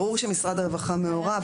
ברור שמשרד הרווחה מעורב,